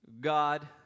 God